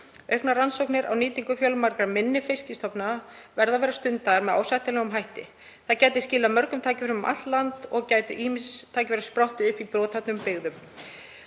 Auknar rannsóknir á nýtingu fjölmargra minni fiskstofna verður að stunda með ásættanlegum hætti. Það gæti skilað mörgum tækifærum um allt land og ýmis tækifæri gætu sprottið upp í brothættum byggðum.